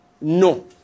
No